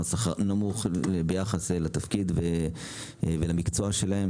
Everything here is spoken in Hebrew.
השכר נמוך ביחס לתפקיד ולמקצוע שלהם